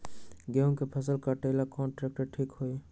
गेहूं के फसल कटेला कौन ट्रैक्टर ठीक होई?